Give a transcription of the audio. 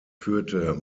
führte